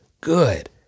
Good